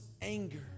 anger